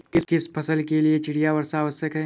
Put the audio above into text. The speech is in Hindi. किस फसल के लिए चिड़िया वर्षा आवश्यक है?